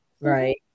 Right